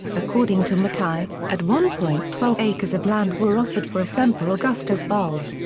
according to mackay, at one point twelve acres of land were offered for a semper augustus bulb.